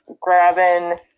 grabbing